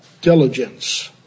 diligence